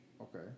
Okay